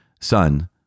Son